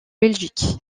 belgique